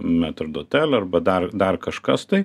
metrdotel arba dar dar kažkas tai